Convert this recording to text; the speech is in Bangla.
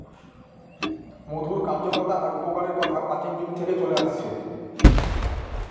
মধুর কার্যকতা আর উপকারের কথা প্রাচীন যুগ থেকে চলে আসছে